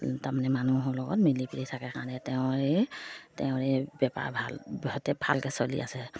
তাৰমানে মানুহৰ লগত মিলি জুলি থাকে কাৰণে তেওঁৰ এই তেওঁৰ বেপাৰ ভাল সিহঁতে ভালকৈ চলি আছে